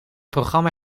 programma